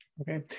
Okay